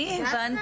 דווקא,